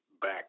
back